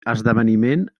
esdeveniment